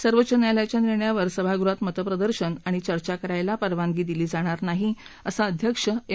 सर्वोच्च न्यायालयाच्या निर्णयावर सभागृहात मतप्रदर्शन आणि चर्चा करायला परवानगी दिली जाणार नाही असं अध्यक्ष एम